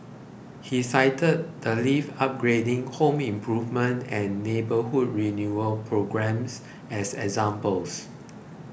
he cited the lift upgrading home improvement and neighbourhood renewal programmes as examples